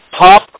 Pop